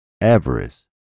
avarice